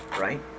right